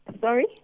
Sorry